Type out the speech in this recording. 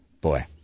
Boy